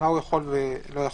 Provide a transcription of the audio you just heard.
יכול ומה לא יכול.